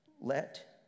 Let